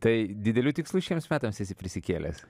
tai didelių tikslų šiems metams esi prisikėlęs